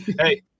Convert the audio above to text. hey